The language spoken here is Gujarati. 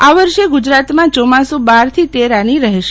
આ વર્ષે ગુજરાતમાં ચોમાસુ બારથી તેર આની રહેશે